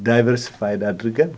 diversified that we get